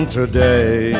today